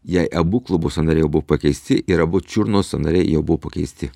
jai abu klubo sąnariai jau buvo pakeisti ir abu čiurnos sąnariai jau buvo pakeisti